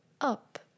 up